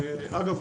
אגב,